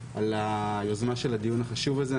על היוזמה של הדיון החשוב הזה.